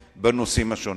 ובנושאים.